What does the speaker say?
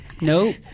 Nope